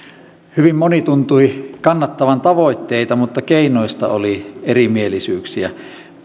hyvin moni tuntui kannattavan tavoitteita mutta keinoista oli erimielisyyksiä